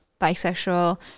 bisexual